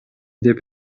деп